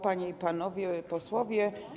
Panie i Panowie Posłowie!